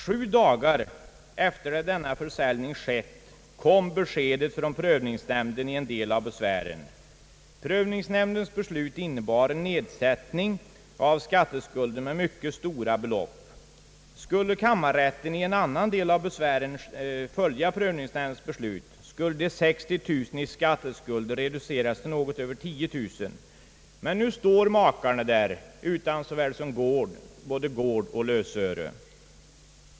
Sju dagar efter det denna försäljning skett kom beskedet från prövningsnämnden i en del av besvären. Prövningsnämndens beslut innebar en nedsättning av skatteskulden med mycket stora belopp. Skulle kammarrätten i en annan del av besvären följa prövningsnämndens beslut skulle de 60 000 kronor i skatteskulder reduceras till något över 10000 kronor. Men nu står makarna där utan såväl gård som lösöre.